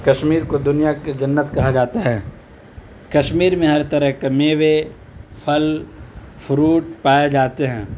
کشمیر کو دنیا کے جنّت کہا جاتا ہے کشمیر میں ہر طرح کے میوے پھل فروٹ پائے جاتے ہیں